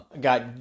got